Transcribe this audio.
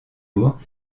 lourds